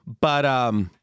but-